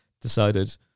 decided